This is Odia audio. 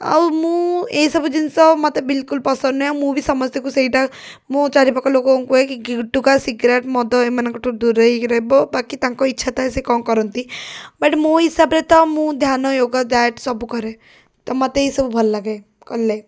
ଆଉ ମୁଁ ଏହିସବୁ ଜିନିଷ ମୋତେ ବିଲକୁଲ୍ ପସନ୍ଦ ନୁହେଁ ମୁଁ ବି ସମସ୍ତଙ୍କୁ ସେଇଟା ମୋ ଚାରିପାଖ ଲୋକଙ୍କୁ କୁହେ କି ଗୁଟଖା ସିଗରେଟ୍ ମଦ ଏମାନଙ୍କଠୁ ଦୁରେଇ ହେଇକି ରହିବ ବାକି ତାଙ୍କ ଇଚ୍ଛା ଥାଏ ସେ କ'ଣ କରନ୍ତି ବଟ୍ ମୋ ହିସାବରେ ତ ମୁଁ ଧ୍ୟାନ ଯୋଗ ଡାଏଟ୍ ସବୁ କରେ ତ ମୋତେ ଏଇସବୁ ଭଲ ଲାଗେ କଲେ